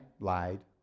lied